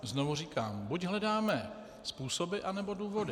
Znovu říkám, buď hledáme způsoby anebo důvody.